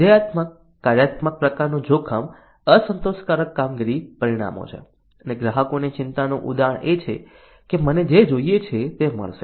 વિધેયાત્મક કાર્યાત્મક પ્રકારનું જોખમ અસંતોષકારક કામગીરી પરિણામો છે અને ગ્રાહકોની ચિંતાનું ઉદાહરણ એ છે કે મને જે જોઈએ છે તે મળશે